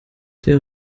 der